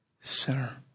sinner